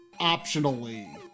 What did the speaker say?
optionally